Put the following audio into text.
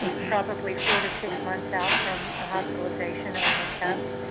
probably four to six months out from a hospitalization or an attempt.